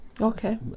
Okay